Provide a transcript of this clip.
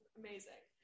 amazing